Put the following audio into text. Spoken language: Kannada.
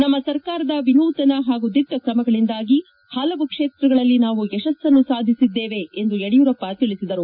ನಮ್ಮ ಸರ್ಕಾರದ ವಿನೂತನ ಹಾಗೂ ದಿಟ್ಟ ತ್ರಮಗಳಿಂದಾಗಿ ಹಲವು ಕ್ಷೇತ್ರಗಳಲ್ಲಿ ನಾವು ಯಶಸ್ಸನ್ನು ಸಾಧಿಸಿದ್ದೇವೆ ಎಂದು ಯಡಿಯೂರಪ್ಪ ತಿಳಿಸಿದರು